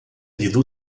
lido